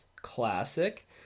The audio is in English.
classic